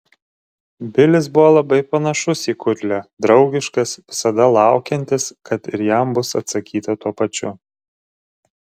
bilis buvo labai panašus į kudlę draugiškas visada laukiantis kad ir jam bus atsakyta tuo pačiu